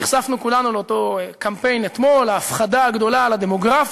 נחשף בפני כולנו אתמול אותו קמפיין של ההפחדה הגדולה על הדמוגרפיה,